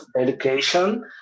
education